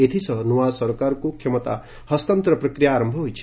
ଏଥିସହ ନୁଆ ସରକାରକ୍ତ କ୍ଷମତା ହସ୍ତାନ୍ତର ପ୍ରକ୍ରିୟା ଆରମ୍ଭ ହୋଇଛି